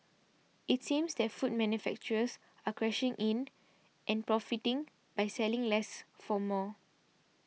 it seems that food manufacturers are cashing in and profiting by selling less for more